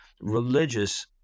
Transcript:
religious